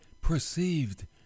perceived